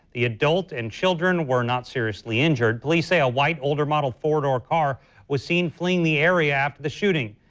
the adult and children were not seriously injured. police say a white older model four door car was seen fleeing the area after the shooting,